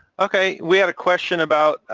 okay, we had a question about,